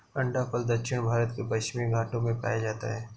अंडाफल दक्षिण भारत के पश्चिमी घाटों में पाया जाता है